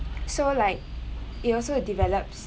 so like it also develops